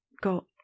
got